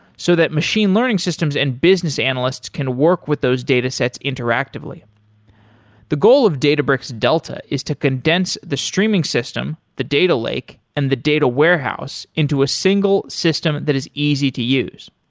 so that machine learning systems and business analyst can work with those data sets interactively the goal of databricks delta is to condense the streaming system, the data lake and the data warehouse into a single system that is easy to use.